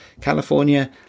California